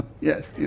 yes